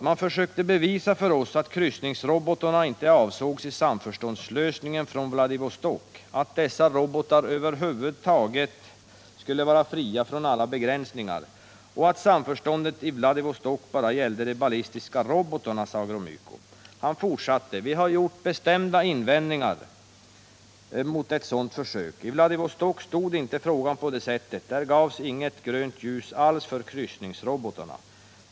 ”Man försökte bevisa för oss att kryssningsrobotarna inte avsågs i samförståndslösningen från Vladivostok, att dessa robotar över huvud taget skulle vara fria från alla begränsningar och att samförståndet i Vladivostok bara gällde de ballistiska robotarna”, sade Gromyko. Han fortsatte: ”Vi har gjort bestämda invändningar mot ett sådant försök. I Vladivostok stod frågan inte på det sättet. Där gavs inget grönt ljus alls för kryssningsrobotarna.